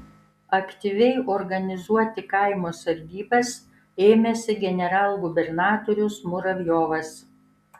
aktyviai organizuoti kaimo sargybas ėmėsi generalgubernatorius muravjovas